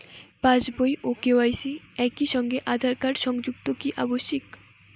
পাশ বই ও কে.ওয়াই.সি একই সঙ্গে আঁধার কার্ড সংযুক্ত কি আবশিক?